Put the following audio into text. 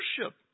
worship